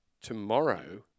tomorrow